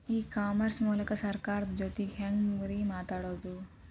E commerce ಮೂಲಕ ಸರ್ಕಾರದ ಜೊತಿಗೆ ಹ್ಯಾಂಗ್ ರೇ ಮಾತಾಡೋದು?